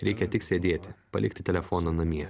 reikia tik sėdėti palikti telefoną namie